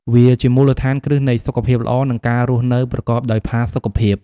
វាជាមូលដ្ឋានគ្រឹះនៃសុខភាពល្អ និងការរស់នៅប្រកបដោយផាសុខភាព។